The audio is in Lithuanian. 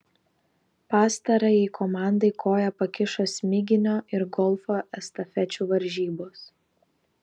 pastarajai komandai koją pakišo smiginio ir golfo estafečių varžybos